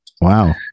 Wow